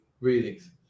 readings